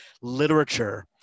literature